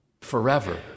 forever